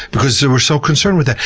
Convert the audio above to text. because we're so concerned with that.